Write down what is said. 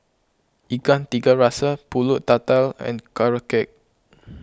Ikan Tiga Rasa Pulut Tatal and Carrot Cake